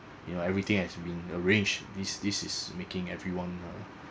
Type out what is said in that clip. you know everything has been arranged this this is making everyone uh